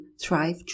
thrive